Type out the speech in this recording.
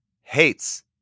Hates